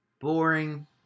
boring